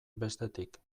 bestetik